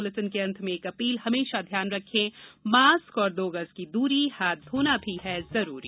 इस बुलेटिन के अंत में एक अपील हमेशा ध्यान रखें मास्क और दो गज की दूरी हाथ धोना भी है जरूरी